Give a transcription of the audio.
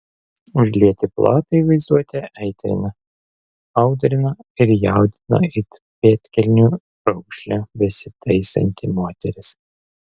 užlieti plotai vaizduotę aitrino audrino ir jaudino it pėdkelnių raukšlę besitaisanti moteris